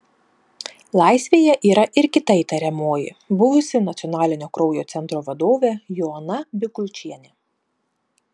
laisvėje yra ir kita įtariamoji buvusi nacionalinio kraujo centro vadovė joana bikulčienė